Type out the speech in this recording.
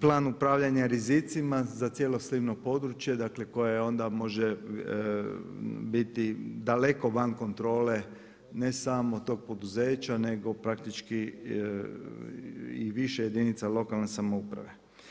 plan upravljanja rizicima za cijelo slivno područje dakle koje onda može biti daleko van kontrole ne samo tog poduzeća nego praktički i više jedinica lokalne samouprave.